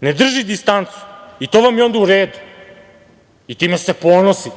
ne drži distancu i to vam je onda u redu i time se ponosite.